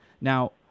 now